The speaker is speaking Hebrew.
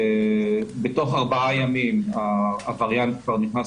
בתוך ארבעה ימים הווריאנט כבר נכנס